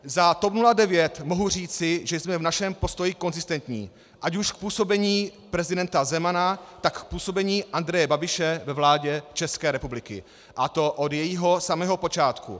Za TOP 09 mohu říci, že jsme v našem postoji konzistentní ať už k působení prezidenta Zemana, tak k působení Andreje Babiše ve vládě České republiky, a to od jejího samého počátku.